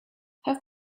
have